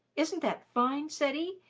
isn't that fine, ceddie?